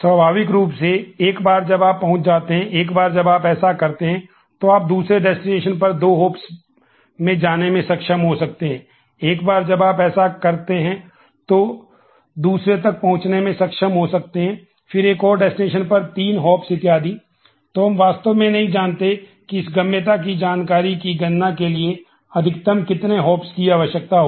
स्वाभाविक रूप से एक बार जब आप पहुंच जाते हैं एक बार जब आप ऐसा करते हैं तो आप दूसरे डेस्टिनेशन की आवश्यकता होगी